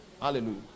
Hallelujah